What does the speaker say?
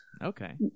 Okay